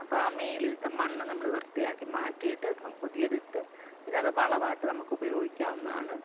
അപ്പം ആ മേളിൽത്തെ മണ്ണ് നമ്മൾ വൃത്തിയാക്കി മാറ്റിയിട്ട് പുതിയതിട്ട് പിന്നെ അത് വളമായിട്ട് നമുക്ക് ഉപയോഗിക്കാവുന്നതാണ്